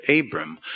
Abram